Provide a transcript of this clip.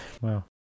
wow